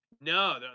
No